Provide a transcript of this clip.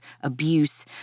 abuse